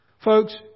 Folks